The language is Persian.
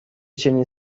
چنین